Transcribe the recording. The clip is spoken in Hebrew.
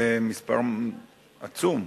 זה מספר עצום.